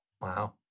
Wow